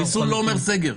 ריסון לא אומר סגר,